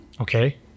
Okay